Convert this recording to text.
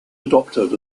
adopted